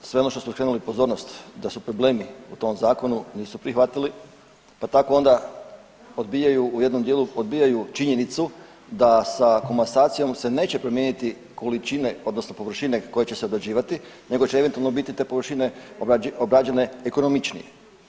Sve ono što smo skrenuli pozornost da su problemi u tom zakonu nisu prihvatili, pa tako onda odbijaju u jednom dijelu odbijaju činjenicu da sa komasacijom se neće promijeniti količine odnosno površine koje će se obrađivati, nego će eventualno biti te površine obrađene ekonomičnije.